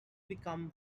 become